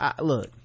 look